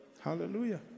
Hallelujah